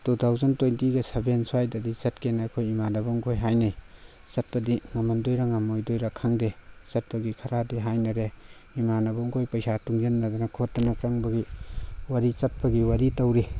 two thousand ꯇ꯭ꯋꯦꯟꯇꯤꯒ seven ꯁ꯭ꯋꯥꯏꯗꯗꯤ ꯆꯠꯀꯦꯅ ꯑꯩꯈꯣꯏ ꯏꯃꯥꯟꯅꯕ ꯃꯈꯣꯏ ꯍꯥꯏꯅꯩ ꯆꯠꯄꯗꯤ ꯉꯃꯝꯗꯣꯏꯔꯥ ꯉꯝꯃꯣꯏꯗꯣꯏꯔꯥ ꯈꯪꯗꯦ ꯆꯠꯄꯒꯤ ꯈꯔꯗꯤ ꯍꯥꯏꯅꯔꯦ ꯏꯃꯥꯟꯅꯕ ꯃꯈꯣꯏ ꯄꯩꯁꯥ ꯇꯨꯡꯁꯤꯟꯅꯗꯅ ꯈꯣꯠꯇꯅ ꯆꯪꯕꯒꯤ ꯋꯥꯔꯤ ꯆꯠꯄꯒꯤ ꯋꯥꯔꯤ ꯇꯧꯔꯤ